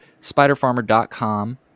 spiderfarmer.com